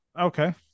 okay